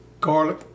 Garlic